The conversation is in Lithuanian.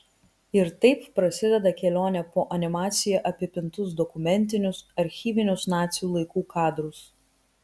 ir taip prasideda kelionė po animacija apipintus dokumentinius archyvinius nacių laikų kadrus